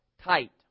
tight